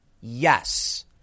Yes